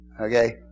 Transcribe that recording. Okay